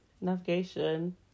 Navigation